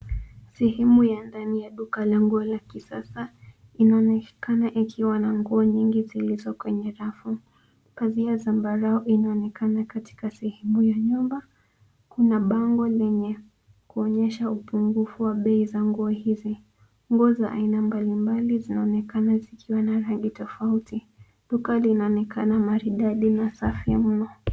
Sehemu ya ndani ya duka la nguo la kisasa. Inaonekana ikiwa na nguo nyingi zilizo kwenye rafu. Pazia ya zambarau inaonekana katika sehemu ya nyumba. Kuna bango lenye kuonyesha upungufu wa bei za nguo hizi. Nguo za aina mbalimbali zinaonekana zikiwa na rangi tofauti. Duka linaonekana maridadi na safi mno.